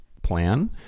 plan